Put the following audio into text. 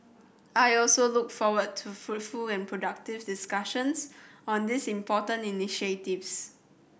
I also look forward to fruitful and productive discussions on these important initiatives